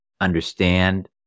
understand